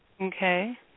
Okay